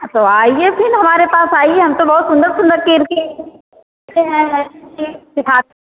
तो आइए फिर हमारे पास आइए हम तो बहुत सुंदर सुंदर किरकेट खेलते हैं सिखा